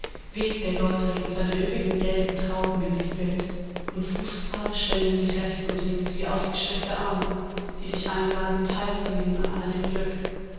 webt der goldregen seine üppig gelben trauben in dies bild und fußpfade schlängeln sich rechts und links wie ausgestreckte arme die dich einladen teilzunehmen an all dem glück